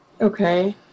okay